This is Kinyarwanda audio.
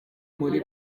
muri